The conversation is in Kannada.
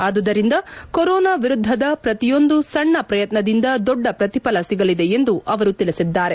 ಆದುದರಿಂದ ಕೊರೋನಾ ವಿರುದ್ದದ ಪ್ರತಿಯೊಂದು ಸಣ್ಣ ಪ್ರಯತ್ನದಿಂದ ದೊಡ್ಡ ಪ್ರತಿಫಲ ಸಿಗಲಿದೆ ಎಂದು ಅವರು ತಿಳಿಸಿದ್ದಾರೆ